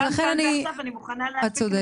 אז לכן אני, את צודקת.